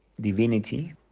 divinity